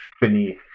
beneath